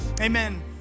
Amen